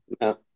No